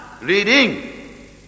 reading